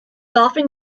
often